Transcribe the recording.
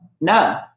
No